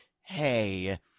hey